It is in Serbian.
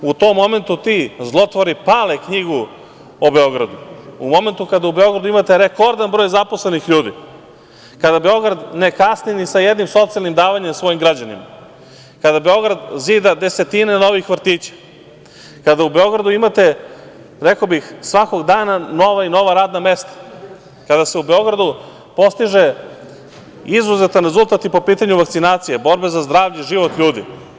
U tom momentu ti zlotvori pale knjigu o Beogradu, u momentu kad u Beogradu imate rekordan broj zaposlenih ljudi, kada Beograd ne kasni ni sa jednim socijalnim davanjem svojim građanima, kada Beograd zida desetine novih vrtića, kada u Beogradu imate, rekao bih, svakog dana nova i nova radna mesta, kada se u Beogradu postiže izuzetan rezultat i po pitanju vakcinacije, borbe za zdravlje, život ljudi.